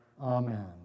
Amen